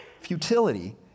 futility